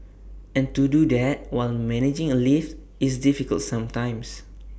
and to do that while managing A lift is difficult sometimes